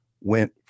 went